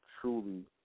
Truly